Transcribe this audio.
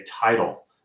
title